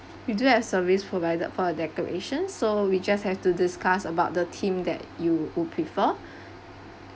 we don't have service provided for decoration so we just have to discuss about the team that you would prefer